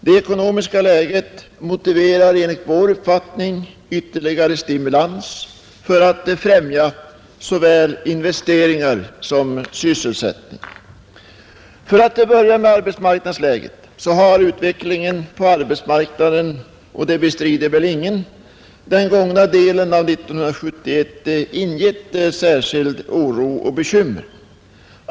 Det ekonomiska läget motiverar enligt vår uppfattning ytterligare stimulans för att främja såväl investeringar som sysselsättning. För att börja med arbetsmarknadsläget har utvecklingen på arbetsmarknaden — och det bestrider väl ingen — under den gångna delen av 1971 ingett särskild oro och bekymmer.